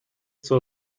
zur